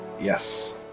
Yes